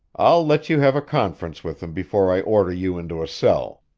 i'll let you have a conference with him before i order you into a cell!